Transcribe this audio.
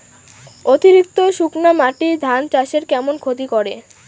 অতিরিক্ত শুকনা মাটি ধান চাষের কেমন ক্ষতি করে?